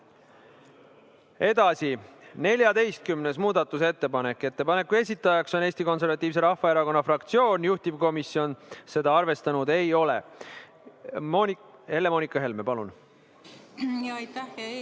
Edasi, 14. muudatusettepanek. Ettepaneku esitaja on Eesti Konservatiivse Rahvaerakonna fraktsioon, juhtivkomisjon seda arvestanud ei ole. Helle-Moonika Helme, palun!